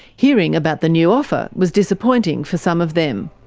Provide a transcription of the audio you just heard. hearing about the new offer was disappointing for some of them.